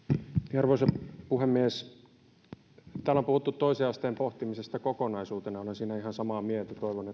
arvoisa puhemies täällä on puhuttu toisen asteen pohtimisesta kokonaisuutena olen siitä ihan samaa mieltä toivon